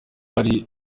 hari